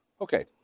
Okay